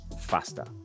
faster